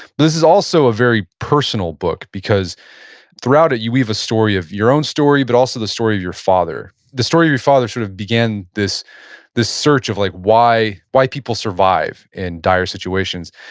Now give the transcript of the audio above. this is also a very personal book because throughout it you weave a story of your own story but also the story of your father. the story of your father sort of began this this search of like why why people survive in dire situations.